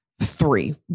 three